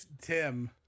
Tim